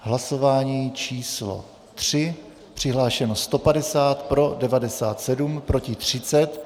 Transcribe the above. Hlasování číslo 3, přihlášeno 150, pro 97, proti 30.